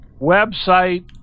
website